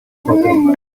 problem